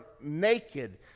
naked